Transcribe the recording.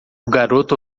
garoto